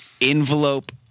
Envelope